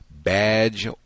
Badge